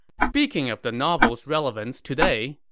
speaking of the novel's relevance today,